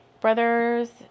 Brothers